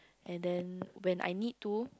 and then when I need to